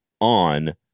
on